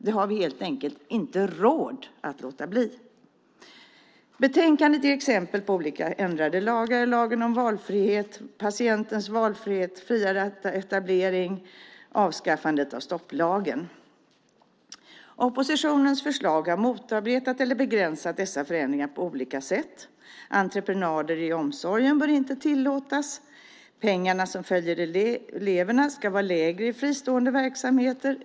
Det har vi helt enkelt inte råd att låta bli. Betänkandet ger exempel på olika ändrade lagar: lagen om valfrihet, patientens valfrihet, friare etablering och avskaffandet av stopplagen. Oppositionens förslag har motarbetat eller begränsat dessa förändringar på olika sätt: Entreprenader i omsorgen bör inte tillåtas. Den summa pengar som följer eleverna ska vara lägre i fristående verksamheter.